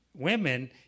women